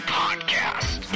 podcast